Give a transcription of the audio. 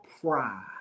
pride